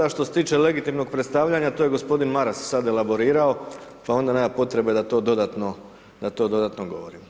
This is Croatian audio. Što se tiče legitimnog predstavljanja, to je gospodin Maras sad elaborirao, pa onda nema potrebe da to dodatno govorim.